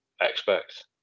expect